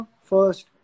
first